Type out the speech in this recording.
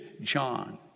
John